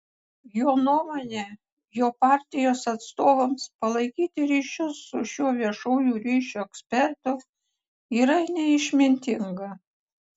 jo nuomone jo partijos atstovams palaikyti ryšius su šiuo viešųjų ryšių ekspertu yra neišmintinga